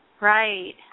right